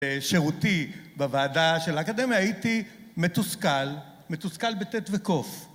שירותי בוועדה של האקדמיה הייתי מתוסכל, מתוסכל ב-ט ו-ק